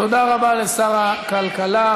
תודה רבה לשר הכלכלה.